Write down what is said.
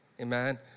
Amen